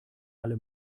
alle